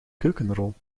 keukenrol